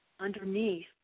underneath